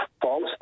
false